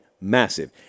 massive